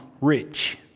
rich